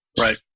Right